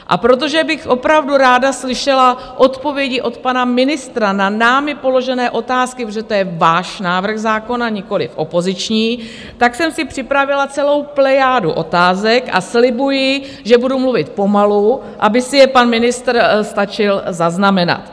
A protože bych opravdu ráda slyšela odpovědi od pana ministra na námi položené otázky, protože to je váš návrh zákona, nikoliv opoziční, tak jsem si připravila celou plejádu otázek a slibuji, že budu mluvit pomalu, aby si je pan ministr stačil zaznamenat.